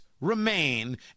remain